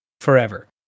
forever